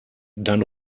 dann